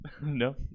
No